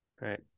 Right